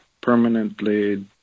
permanently